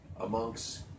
amongst